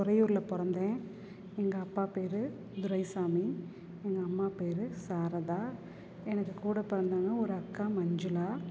துறையூரில் பிறந்தேன் எங்கள் அப்பா பேர் துரைசாமி எங்கள் அம்மா பேர் சாரதா எனக்கு கூட பிறந்தவங்க ஒரு அக்கா மஞ்சுளா